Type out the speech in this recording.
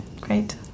great